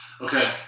Okay